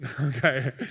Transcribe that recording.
Okay